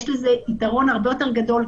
יש לזה יתרון הרבה יותר גדול.